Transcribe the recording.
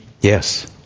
Yes